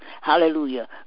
Hallelujah